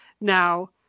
now